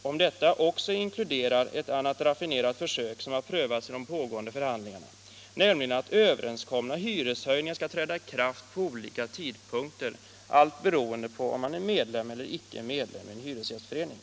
Inkluderar detta också ett annat raffinerat försök som har prövats i de pågående förhandlingarna, nämligen att överenskomna hyreshöjningar skall träda i kraft på olika tidpunkter, allt beroende på om man är medlem eller icke medlem i en hyresgästförening?